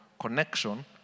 connection